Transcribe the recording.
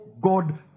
God